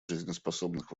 жизнеспособных